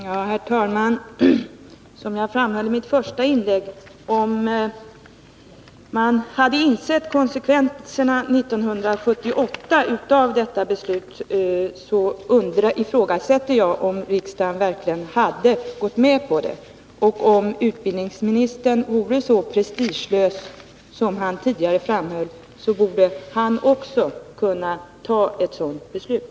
Herr talman! Jag framhöll redan i mitt första inlägg att om man 1978 hade insett konsekvenserna av detta beslut. så ifrågasätter jag om riksdagen verkligen hade gått med på det. Om utbildningsministern är så prestigelös som han tidigare framhöll. så borde han kunna fatta ett sådant här beslut.